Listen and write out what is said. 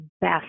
best